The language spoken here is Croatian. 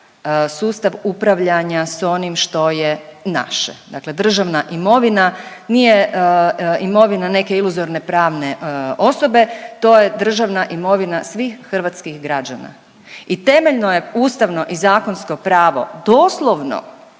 sustav upravljanja svim onim što je naše. Dakle, državna imovina nije imovina neke iluzorne pravne osobe, to je državna imovina svih hrvatskih građana i temeljno je ustavno i zakonsko pravo doslovno